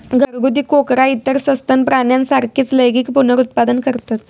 घरगुती कोकरा इतर सस्तन प्राण्यांसारखीच लैंगिक पुनरुत्पादन करतत